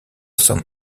some